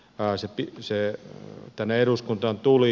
kaisa kuin se tänne eduskuntaan tuli